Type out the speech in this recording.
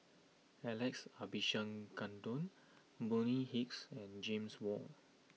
Alex Abisheganaden Bonny Hicks and James Wong